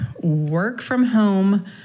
work-from-home